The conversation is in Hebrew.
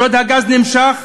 שוד הגז נמשך,